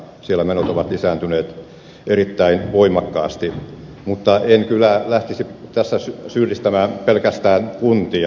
siellä menot ovat lisääntyneet erittäin voimakkaasti mutta en kyllä lähtisi tässä syyllistämään pelkästään kuntia